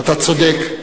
אתה צודק.